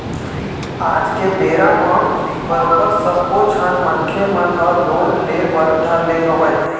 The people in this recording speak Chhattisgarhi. आज के बेरा म बरोबर सब्बो झन मनखे मन ह लोन ले बर धर ले हवय